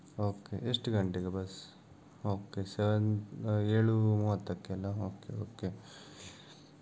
okay ಎಷ್ಟು ಗಂಟೆಗೆ bus okay seven ಏಳು ಮೂವತ್ತಕ್ಕೆ ಅಲ್ಲಾ ಓಕೆ ಓಕೆ